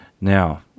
Now